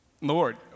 Lord